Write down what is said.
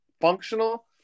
functional